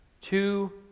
two